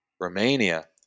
Romania